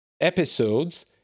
episodes